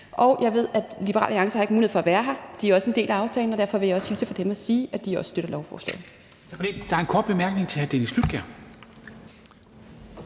aftalen i 2018. Liberal Alliance har ikke mulighed for at være her, men de er også en del af aftalen, og derfor vil jeg også hilse fra dem og sige, at de også støtter lovforslaget.